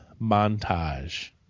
montage